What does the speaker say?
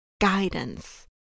guidance